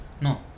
no